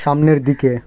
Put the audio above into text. সামনের দিকে